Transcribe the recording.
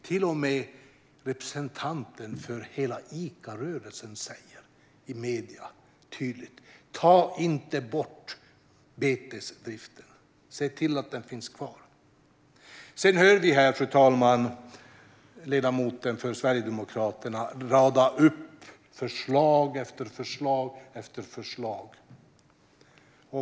Till och med representanten för hela Icarörelsen säger tydligt i medierna: Ta inte bort betesdriften! Se till att den finns kvar! Sedan hör vi ledamoten för Sverigedemokraterna rada upp förslag efter förslag här, fru talman.